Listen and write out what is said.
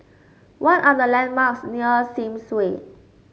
what are the landmarks near Sims Way